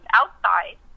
outside